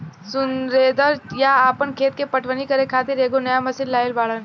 सुरेंदर चा आपन खेत के पटवनी करे खातिर एगो नया मशीन लाइल बाड़न